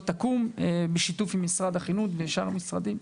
תקום בשיתוף עם משרד החינוך ושאר המשרדים,